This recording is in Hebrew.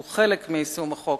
שהוא חלק מיישום החוק,